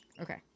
okay